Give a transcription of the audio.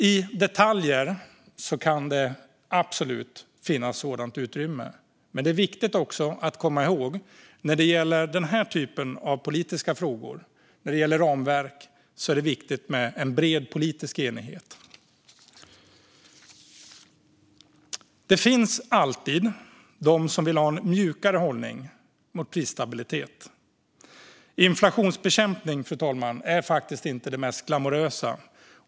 I detaljer kan det absolut finnas ett sådant utrymme. Men det är också viktigt att komma ihåg att när det gäller den här typen av politiska frågor - ramverk - är det viktigt med en bred politisk enighet. Det finns alltid de som vill ha en mjukare hållning till prisstabilitet. Inflationsbekämpning, fru talman, är faktiskt inte det mest glamorösa.